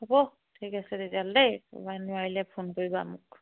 হ'ব ঠিক আছে তেতিয়াল দেই কিবা নোৱাৰিলে ফোন কৰিবা মোক